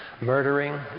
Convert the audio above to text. murdering